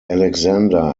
alexander